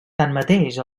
tanmateix